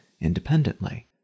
independently